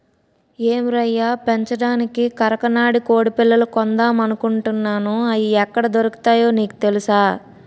ఏం రయ్యా పెంచడానికి కరకనాడి కొడిపిల్లలు కొందామనుకుంటున్నాను, అయి ఎక్కడ దొరుకుతాయో నీకు తెలుసా?